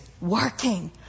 working